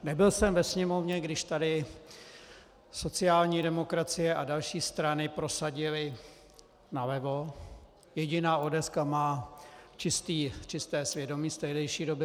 Nebyl jsem ve Sněmovně, když tady sociální demokracie a další strany prosadily, nalevo, jediná ODS má čisté svědomí z tehdejší doby.